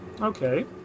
Okay